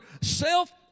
self